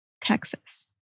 Texas